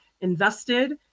invested